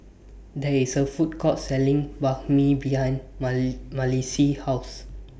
There IS A Food Court Selling Banh MI behind Mali Malissie's House